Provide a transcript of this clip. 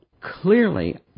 Clearly